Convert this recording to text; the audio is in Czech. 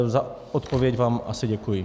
Za odpověď vám asi děkuji.